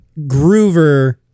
groover